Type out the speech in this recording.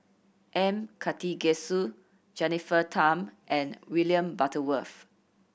M Karthigesu Jennifer Tham and William Butterworth